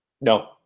No